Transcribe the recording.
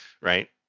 right